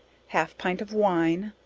half pint of wine,